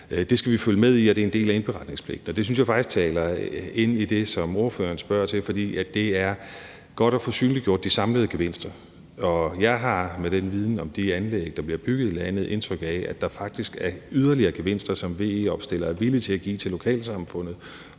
skal vi følge med i, og det er en del af indberetningspligten, og det synes jeg faktisk taler ind i det, som ordføreren spørger til, for det er godt at få synliggjort de samlede gevinster. Jeg har med den viden om de anlæg, der bliver bygget i landet, indtryk af, at der faktisk er yderligere gevinster, som VE-opstillere er villige til at give til lokalsamfundet,